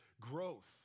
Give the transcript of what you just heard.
Growth